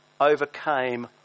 overcame